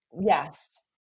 Yes